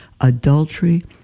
adultery